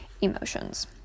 emotions